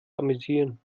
amüsieren